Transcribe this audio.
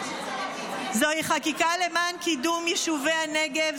זוהי חקיקה למען קידום יישובי הנגב.